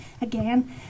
Again